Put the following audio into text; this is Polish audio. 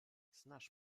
znasz